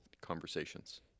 conversations